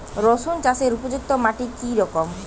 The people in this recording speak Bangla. রুসুন চাষের উপযুক্ত মাটি কি রকম?